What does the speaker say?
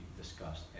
discussed